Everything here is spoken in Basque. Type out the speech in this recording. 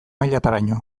mailataraino